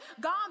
gone